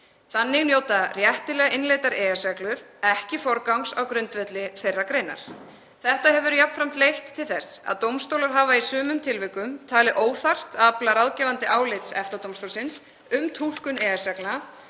Þannig njóta réttilega innleiddar EES-reglur ekki forgangs á grundvelli þeirrar greinar. Þetta hefur jafnframt leitt til þess að dómstólar hafa í sumum tilvikum talið óþarft að afla ráðgefandi álits EFTA-dómstólsins um túlkun EES-reglna